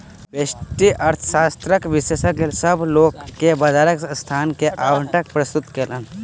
व्यष्टि अर्थशास्त्रक विशेषज्ञ, सभ लोक के बजारक संसाधन के आवंटन प्रस्तुत कयलैन